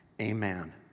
amen